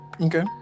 okay